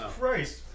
Christ